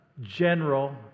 general